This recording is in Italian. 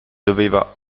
doveva